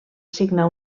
signar